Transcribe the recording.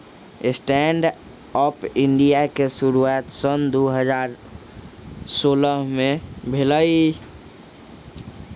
stand up India के शुरुआत सन दू हज़ार सोलह में भेलइ